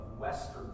Western